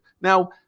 Now